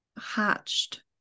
hatched